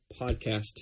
podcast